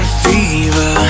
fever